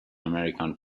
american